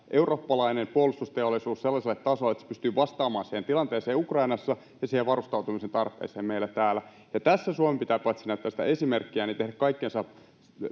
eurooppalainen puolustusteollisuus sellaiselle tasolle, että se pystyy vastaamaan siihen tilanteeseen Ukrainassa ja siihen varustautumisen tarpeeseen täällä meillä. Tässä Suomen pitää paitsi näyttää esimerkkiä myös tehdä kaikkensa